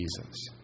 Jesus